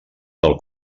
del